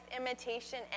imitation